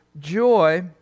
joy